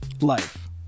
life